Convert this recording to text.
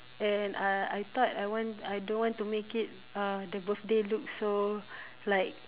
and uh I I thought I want I don't want to make it uh the birthday look so like